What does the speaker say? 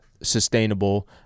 sustainable